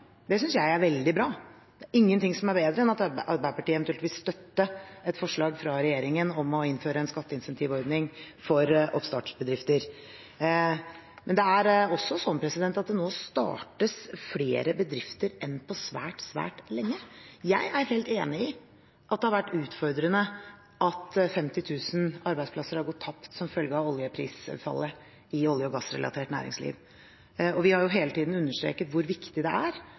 Det synes jeg er veldig bra. Det er ingenting som er bedre enn at Arbeiderpartiet eventuelt vil støtte et forslag fra regjeringen om å innføre en skatteincentivordning for oppstartsbedrifter. Men det er også sånn at det nå startes flere bedrifter enn på svært, svært lenge. Jeg er helt enig i at det har vært utfordrende at 50 000 arbeidsplasser har gått tapt – som følge av oljeprisfallet – i olje- og gassrelatert næringsliv, og vi har hele tiden understreket hvor viktig det er